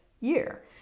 year